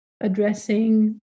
addressing